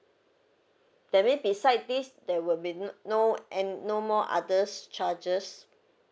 that mean beside this there will be no no an~ no more others charges